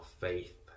faith